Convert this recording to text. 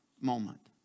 moment